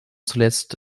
zuletzt